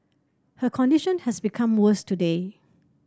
her condition has become worse today